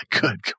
Good